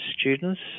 students